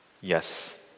Yes